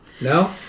no